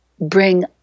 bring